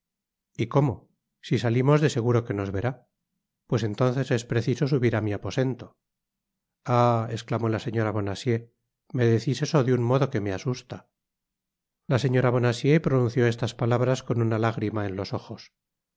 y como si salimos de seguro que nos verá pues entonces es preciso subir á mi aposento ah esclamó la señora bonacieux me decís eso de un modo que me asusta la señora bonacieux pronunció estas palabras con una lágrima en los ojos